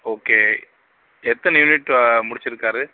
okay எத்தனை unit முடித்திருக்காரு